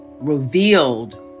revealed